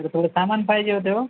तर थोडं सामान पाहिजे होते ओ